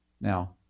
Now